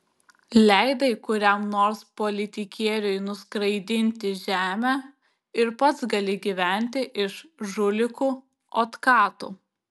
leidai kuriam nors politikieriui nuskraidinti žemę ir pats gali gyventi iš žulikų otkatų